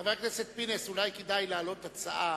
חבר הכנסת פינס, אולי כדאי להעלות הצעה